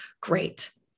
great